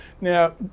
Now